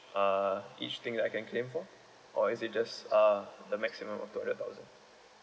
uh each thing that I can claim for or is it just uh the maximum of two hundred thousand